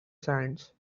sands